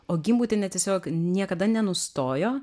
o gimbutienė tiesiog niekada nenustojo